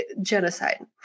genocide